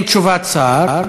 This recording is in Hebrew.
תשמע,